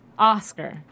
Oscar